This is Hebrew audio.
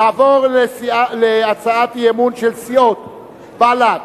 נעבור להצעת אי-אמון של סיעות בל"ד,